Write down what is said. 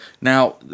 Now